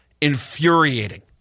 infuriating